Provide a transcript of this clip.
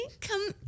come